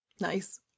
Nice